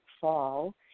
fall